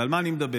ועל מה אני מדבר?